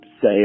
say